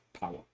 power